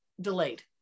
delayed